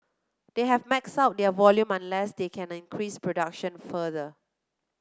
they have maxed out their volume unless they can increase production further